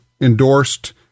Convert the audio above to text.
endorsed